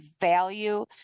value